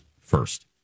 first